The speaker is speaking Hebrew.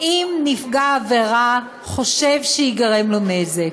אם נפגע העבירה חושב שייגרם לו נזק.